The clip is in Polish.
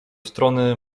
strony